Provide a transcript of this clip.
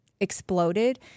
exploded